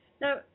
Now